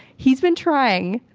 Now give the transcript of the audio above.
he's been trying,